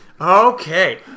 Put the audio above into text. Okay